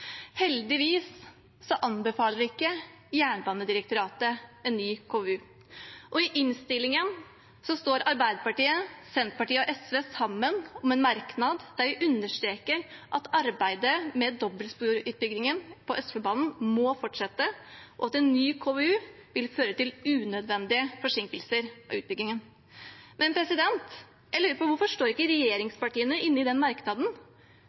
Heldigvis anbefaler ikke Jernbanedirektoratet en ny KVU, og i innstillingen står Arbeiderpartiet, Senterpartiet og SV sammen om en merknad der vi understreker at «arbeidet med dobbeltsporutbyggingen på Østfoldbanen må fortsette, og at en ny KVU vil føre til unødvendig forsinkelse av utbyggingen». Jeg lurer på hvorfor ikke regjeringspartiene står inne i den merknaden,